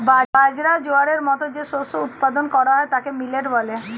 বাজরা, জোয়ারের মতো যে শস্য উৎপাদন করা হয় তাকে মিলেট বলে